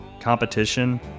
competition